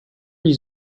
gli